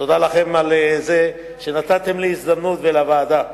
תודה לכם על זה שנתתם לי הזדמנות, ולוועדה,